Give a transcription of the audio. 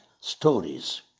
stories